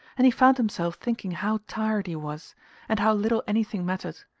and he found himself thinking how tired he was and how little anything mattered.